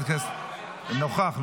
--- נוכח.